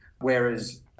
Whereas